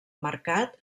mercat